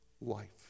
life